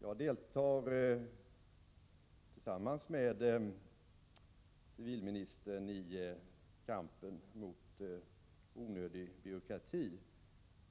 Jag deltar tillsammans med civilministern i kampen mot onödig byråkrati